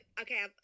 okay